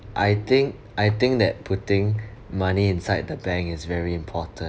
I think I think that putting money inside the bank is very important